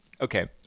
okay